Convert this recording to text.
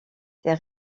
ces